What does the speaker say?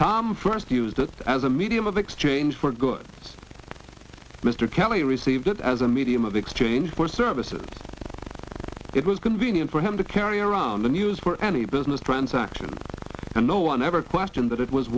tom first used it as a medium of exchange for goods mr kelley received it as a medium of exchange for services it was convenient for him to carry around the news for any business transaction and no one ever question that it was